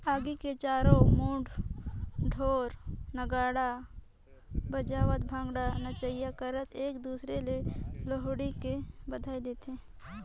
आगी के चारों मुड़ा ढोर नगाड़ा बजावत भांगडा नाचई करत एक दूसर ले लोहड़ी के बधई देथे